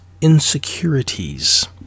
insecurities